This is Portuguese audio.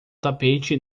tapete